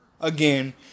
again